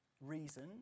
reason